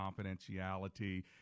confidentiality